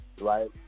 right